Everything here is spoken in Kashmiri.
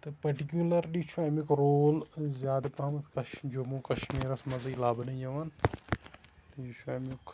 تہٕ پٔٹِکوٗلرلی چھُ اَمیُک رول زیادٕ پَہمَتھ جموں کَشمیٖرَس منٛزٕے لَبنہٕ یِوان یہِ چھُ اَمیُک